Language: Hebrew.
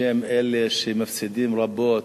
בשם אלה שמפסידים רבות,